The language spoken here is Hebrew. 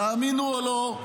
תאמינו או לא,